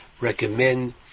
recommend